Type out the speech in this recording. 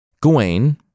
Gawain